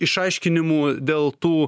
išaiškinimų dėl tų